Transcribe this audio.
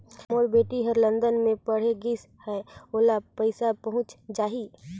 मोर बेटी हर लंदन मे पढ़े गिस हय, ओला पइसा पहुंच जाहि?